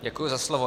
Děkuji za slovo.